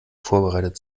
vorbereitet